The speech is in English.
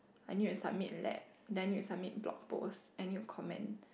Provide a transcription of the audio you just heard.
I need to submit lab then you submit blog post and you comment